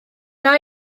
wna